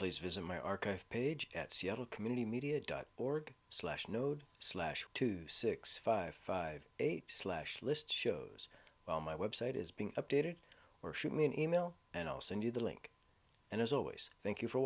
please visit my archive page at seattle community media dot org slash node slash two six five five eight slash list shows well my website is being updated or shoot me an email and i'll send you the link and as always thank you for